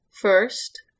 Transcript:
first